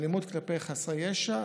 האלימות כלפי חסרי ישע,